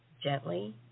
gently